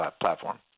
platform